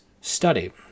study